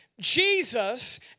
Jesus